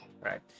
Right